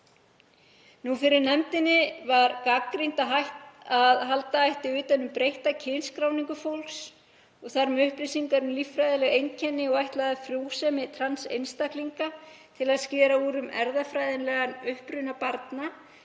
Fyrir nefndinni var gagnrýnt að halda ætti utan um breytta kynskráningu fólks, og þar með upplýsingar um líffræðileg einkenni og ætlaða frjósemi trans einstaklinga, til að reyna að skera úr um erfðafræðilegan uppruna barna.